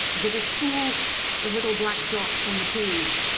that is full of little black dots on the page.